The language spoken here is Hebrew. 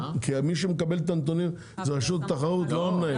כי מי שמקבל את הנתונים זה רשות התחרות, לא המנהל.